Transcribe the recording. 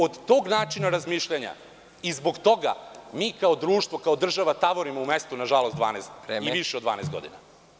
Od tog načina razmišljanja i zbog toga mi kao društvo, kao država tavorimo u mestu, nažalost, više od 12 godina.